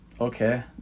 Okay